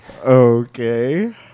Okay